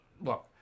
look